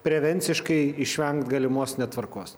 prevenciškai išvengt galimos netvarkos